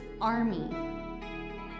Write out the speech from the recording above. army